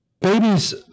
Babies